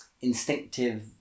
instinctive